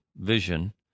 vision